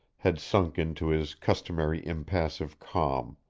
had sunk into his customary impassive calm.